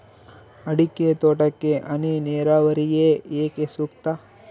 ಅಡಿಕೆ ತೋಟಕ್ಕೆ ಹನಿ ನೇರಾವರಿಯೇ ಏಕೆ ಸೂಕ್ತ?